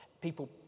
people